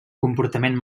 comportament